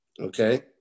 okay